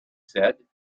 said